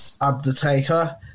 undertaker